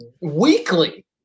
weekly